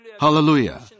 Hallelujah